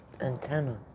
antenna